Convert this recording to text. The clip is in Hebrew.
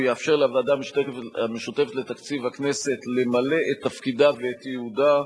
הוא יאפשר לוועדה המשותפת לתקציב הכנסת למלא את תפקידה ואת ייעודה,